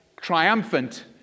triumphant